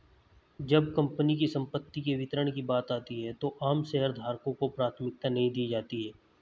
जब कंपनी की संपत्ति के वितरण की बात आती है तो आम शेयरधारकों को प्राथमिकता नहीं दी जाती है